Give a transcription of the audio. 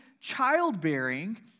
childbearing